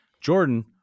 jordan